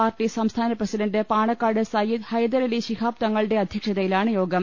party സംസ്ഥാന president Panakkad Sayyid Hyderali Shihab തങ്ങളുടെ അധ്യക്ഷതയിലാണ് യോഗം